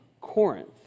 Corinth